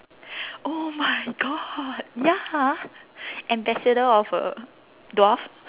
oh my God ya ambassador of a dwarf